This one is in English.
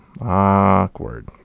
Awkward